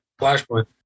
flashpoint